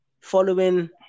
following